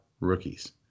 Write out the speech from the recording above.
rookies